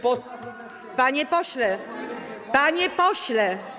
Panie pośle, panie pośle.